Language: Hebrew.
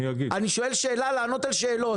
אני שואל שאלה לענות על שאלות.